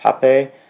Pape